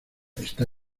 está